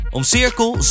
Omcirkel